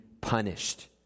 punished